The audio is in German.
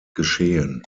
geschehen